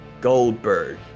Goldberg